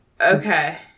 Okay